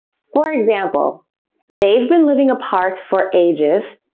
for example they've been living apart for ages,